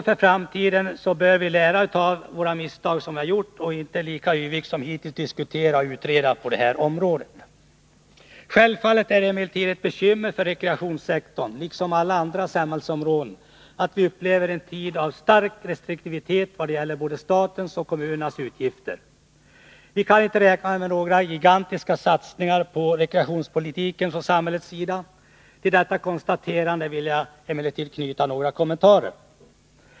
För framtiden bör vi lära av våra misstag och inte lika yvigt som hittills diskutera och utreda på det här området. Självfallet är det emellertid ett bekymmer för rekreationssektorn — liksom på alla andra samhällsområden —att vi upplever en tid av stark restriktivitet vad gäller både statens och kommunernas utgifter. Vi kan inte räkna med några gigantiska satsningar på rekreationspolitiken från samhällets sida. Till detta konstaterande vill jag emellertid knyta några kommentarer.